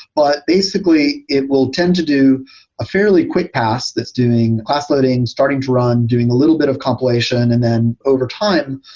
but basically it will tend to do a fairly quick pass that's doing class loading, starting to run, doing a little bit of compilation, and then over time,